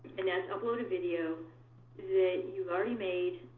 and that's upload a video that you've already made,